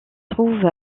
trouve